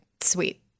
Sweet